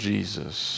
Jesus